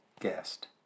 guest